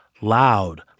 Loud